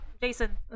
Jason